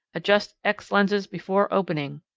adjust x lenses before opening!